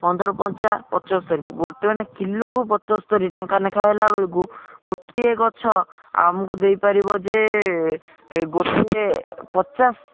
ପନ୍ଦର ପଞ୍ଚା ପଚସ୍ତରି ଗୋଟେ ମାନେ କିଲୋକୁ ପଚସ୍ତରି ଟଙ୍କା ଲେଖାଁ ହେଲା ବେଳକୁ ଗୋଟିଏ ଗଛ ଆମକୁ ଦେଇପାରିବ ଯେ ଗୋଟିଏ ପଚାଶ